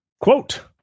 Quote